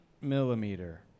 millimeter